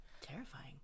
Terrifying